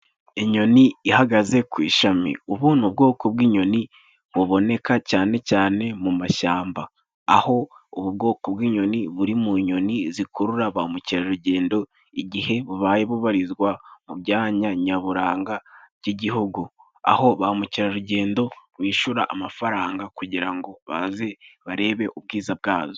Inyoni ihagaze ku ishami. Ubu ni ubwoko bw'inyoni buboneka cyane cyane mu mashyamba. Aho ubu bwoko bw'inyoni buri mu nyoni zikurura ba mukerarugendo, igihe bubaye bubarizwa mu byanya nyaburanga by'igihugu. Aho, ba mukerarugendo bishyura amafaranga kugira ngo baze barebe ubwiza bwazo.